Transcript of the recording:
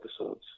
episodes